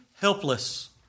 helpless